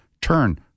Turn